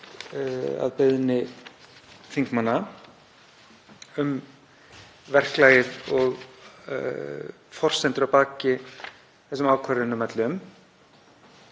að beiðni þingmanna um verklagið og forsendur að baki þeim ákvörðunum öllum.